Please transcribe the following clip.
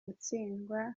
gutsindwa